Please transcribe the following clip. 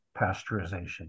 pasteurization